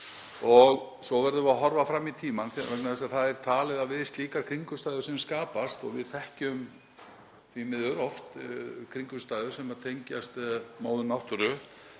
Svo verðum við að horfa fram í tímann vegna þess að það er talið að við slíkar kringumstæður sem skapast, og við þekkjum því miður oft, kringumstæður sem tengjast móður náttúru,